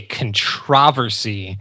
controversy